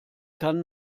kann